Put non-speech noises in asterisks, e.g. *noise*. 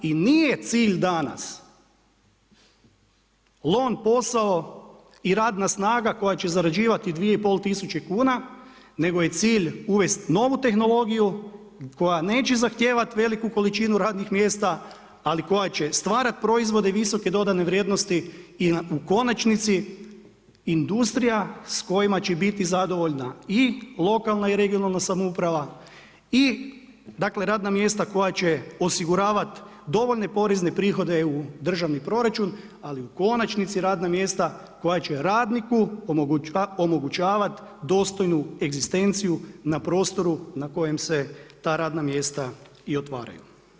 I nije cilj danas … *unintelligible* posao i radna snaga koja će zarađivati 2,5 tisuće kuna nego je cilj uvesti novu tehnologiju koja neće zahtijevati veliku količinu radnih mjesta ali koja će stvarati proizvode visoke dodane vrijednosti i u konačnici industrija s kojima će biti zadovoljna i lokalna i regionalna samouprava i dakle radna mjesta koja će osiguravati dovoljne porezne prihode u državni proračun ali u konačnici radna mjesta koja će radniku omogućavati dostojnu egzistenciju na prostoru na kojem se ta radna mjesta i otvaraju.